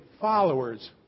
followers